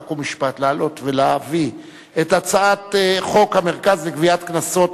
חוק ומשפט לעלות ולהביא את הצעת חוק המרכז לגביית קנסות,